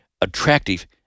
attractive